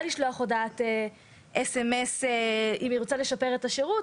לשלוח הודעת סמס אם היא רוצה לשפר את השירות.